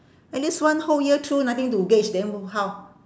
at least one whole year through nothing to gauge then h~ how